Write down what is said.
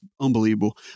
unbelievable